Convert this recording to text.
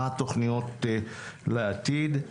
מה התוכניות לעתיד.